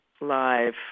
live